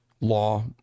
law